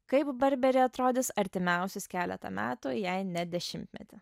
kaip barberi atrodys artimiausius keletą metų jei ne dešimtmetį